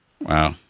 Wow